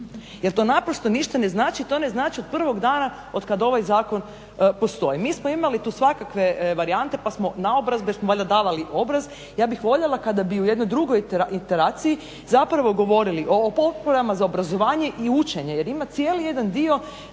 blesavo jel to ništa ne znači, to ne znači od prvog dana od kada ovaj zakon postoji. Mi smo imali tu svakakve varijante pa smo naobrazbe smo valjda davali obraz, ja bi voljela kada bi u jednoj drugoj interakciji govorili o potporama za obrazovanje i učenje jel ima cijeli jedan dio